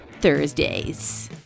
Thursdays